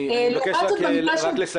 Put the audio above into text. אני מ בקש לסכם,